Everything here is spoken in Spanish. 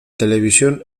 televisión